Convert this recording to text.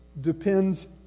depends